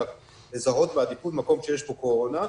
אלא לזהות בעדיפות מקום שיש בו קורונה.